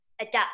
adapt